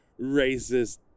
racist